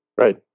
Right